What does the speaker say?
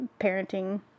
parenting